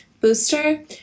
Booster